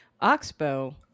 oxbow